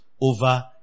over